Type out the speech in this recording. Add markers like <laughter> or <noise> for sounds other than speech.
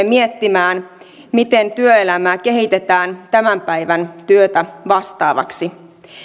<unintelligible> miettimään miten työelämää kehitetään tämän päivän työtä vastaavaksi